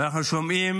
ואנחנו שומעים